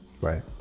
Right